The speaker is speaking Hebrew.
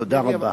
תודה רבה.